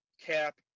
Cap